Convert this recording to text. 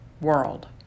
world